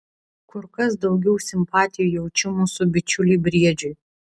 kur kas daugiau simpatijų jaučiu mūsų bičiuliui briedžiui